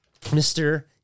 Mr